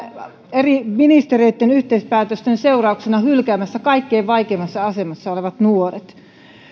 eri ministereitten yhteispäätösten seurauksena hylkäämässä kaikkein vaikeimmassa asemassa olevat nuoret